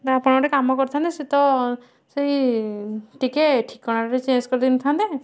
ନା ଆପଣ ଗୋଟେ କାମ କରିଥାନ୍ତେ ସେ ତ ସେଇ ଟିକେ ଠିକଣାଟା ଚେଞ୍ଜ କରିଦେଇ ନଥାନ୍ତେ